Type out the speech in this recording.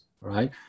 right